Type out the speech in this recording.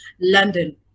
London